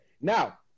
now